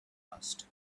asked